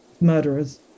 murderers